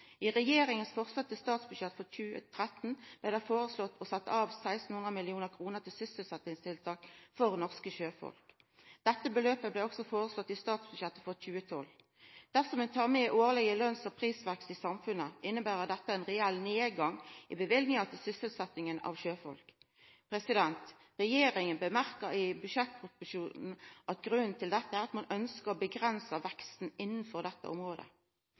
I regjeringas forslag til statsbudsjett for 2013 blei det foreslått å setja av 1 600 mill. kr til sysselsetjingstiltak for norske sjøfolk. Dette beløpet blei også foreslått i statsbudsjettet for 2012. Dersom ein tar med den årlege lønns- og prisveksten i samfunnet, inneber dette ein reell nedgang i løyvinga til sysselsetjinga av sjøfolk. Regjeringa sa i budsjettproposisjonen at grunnen til dette er at ein ønskjer å avgrensa veksten innanfor dette området.